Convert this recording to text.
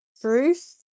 truth